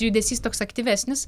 judesys toks aktyvesnis